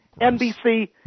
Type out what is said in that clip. nbc